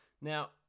now